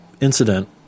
incident